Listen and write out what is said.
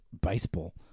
baseball